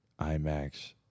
IMAX